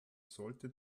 sollte